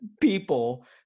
people